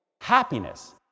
Happiness